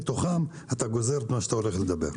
מתוכם אתה גוזר את מה שאתה הולך לדבר.